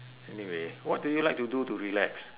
anyway what do you like to do to relax